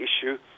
issue